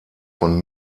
von